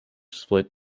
split